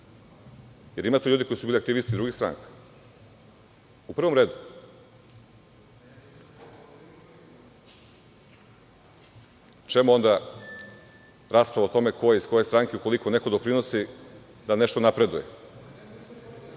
jer ima tu ljudi koji su bili aktivisti, s druge strane, u prvom redu. Čemu onda rasprava o tome ko je iz koje stranke ukoliko neko doprinosi da nešto napreduje?(Ivica